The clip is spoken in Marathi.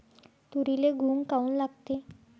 तुरीले घुंग काऊन लागते?